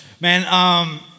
Man